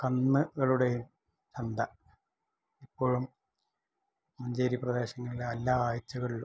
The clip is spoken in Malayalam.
കന്ന് കളുടെയും ചന്ത ഇപ്പോളും മഞ്ചേരി പ്രദേശത്തിന്റെ എല്ലാ ആഴ്ച്ചകളിലും